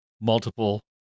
multiple